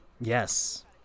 Yes